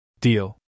Deal